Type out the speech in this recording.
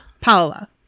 Paula